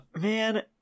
Man